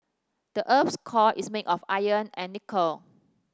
the earth's core is made of iron and nickel